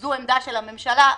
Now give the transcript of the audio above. זו עמדה של הממשלה,